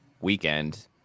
weekend